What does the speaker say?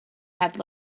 had